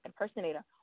impersonator